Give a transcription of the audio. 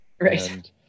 right